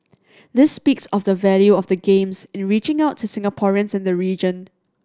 this speaks of the value of the Games in reaching out to Singaporeans and the region